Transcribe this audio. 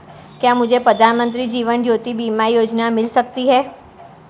क्या मुझे प्रधानमंत्री जीवन ज्योति बीमा योजना मिल सकती है?